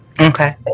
Okay